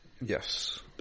Yes